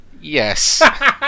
Yes